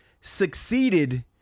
succeeded